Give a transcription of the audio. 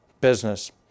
business